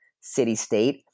city-state